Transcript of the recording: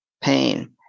pain